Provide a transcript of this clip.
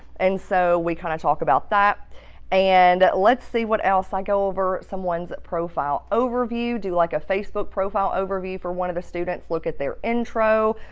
and so we kind of talk about that and let's see what else. i go over someone's profile overview. do like a facebook profile overview for one of the students, look at their intro.